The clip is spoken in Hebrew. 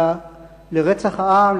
לרצח העם,